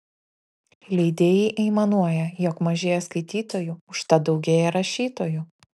leidėjai aimanuoja jog mažėja skaitytojų užtat daugėja rašytojų